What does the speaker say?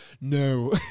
no